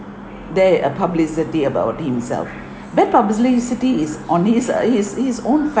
there a publicity about himself bad publicity is on his uh is his is his own